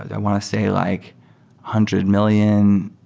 i want to say like hundred million